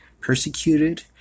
persecuted